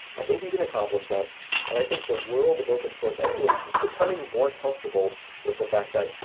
i think you can accomplish that, and i think the world of open source, anyways, it's becoming more comfortable with the fact that,